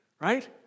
right